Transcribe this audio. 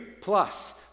plus